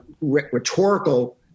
rhetorical